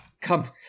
Come